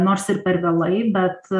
nors ir per vėlai bet